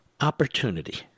Opportunity